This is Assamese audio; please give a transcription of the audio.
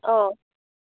অঁ